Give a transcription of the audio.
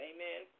Amen